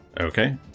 Okay